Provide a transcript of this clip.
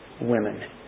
women